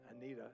Anita